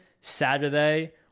Saturday